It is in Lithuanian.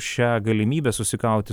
šią galimybę susikauti